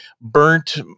burnt